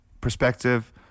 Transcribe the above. perspective